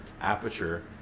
aperture